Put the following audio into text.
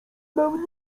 mam